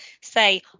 say